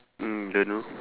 mm don't know